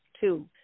two